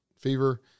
fever